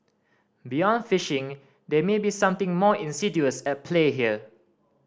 beyond phishing there may be something more insidious at play here